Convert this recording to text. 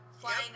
flying